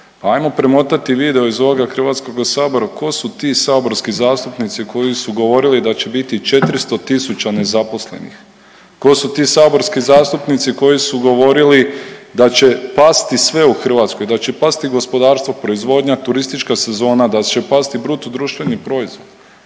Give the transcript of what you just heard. ajmo premotati video iz ovoga HS ko su ti saborski zastupnici koji su govorili da će biti 400 tisuća nezaposlenih, ko su ti saborski zastupnici koji su govorili da će pasti sve u Hrvatskoj, da će pasti gospodarstvo, proizvodnja, turistička sezona, da će pasti BDP, a onda